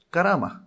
Karama